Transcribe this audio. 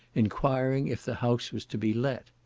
enquiring if the house was to be let.